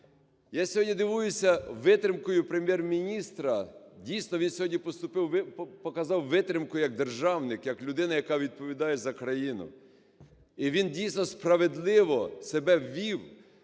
Я сьогодні дивуюся витримкою Прем'єр-міністра. Дійсно, він сьогодні показав витримку, як державник, як людина, яка відповідає за країну, і він дійсно справедливо себе вів,